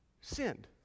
sinned